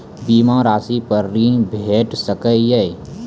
बीमा रासि पर ॠण भेट सकै ये?